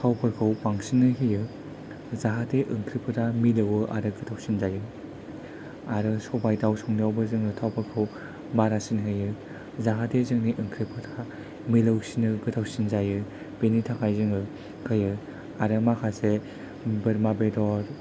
थावफोरखौ बांसिनै होयो जाहाथे ओंख्रिफोरा मिलौवो आरो गोथावसिन जायो आरो सबाइ दाउ संनायावबो जोङो थावफोरखौ बारासिन होयो जाहाथे जोंनि ओंख्रिफ्रा मिलौसिनो गोथावसिन जायो बेनिथाखाय जोङो होयो आरो माखासे बोरमा बेदर